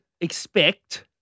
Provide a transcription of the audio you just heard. expect